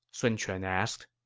sun quan asked